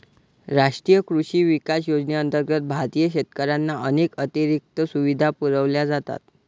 राष्ट्रीय कृषी विकास योजनेअंतर्गत भारतीय शेतकऱ्यांना अनेक अतिरिक्त सुविधा पुरवल्या जातात